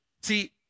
See